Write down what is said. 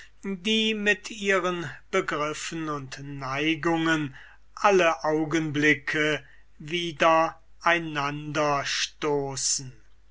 die mit ihren begriffen und neigungen alle augenblicke wider einander stoßen